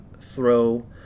throw